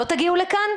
לא תגיעו לכאן?